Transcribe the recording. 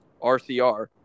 RCR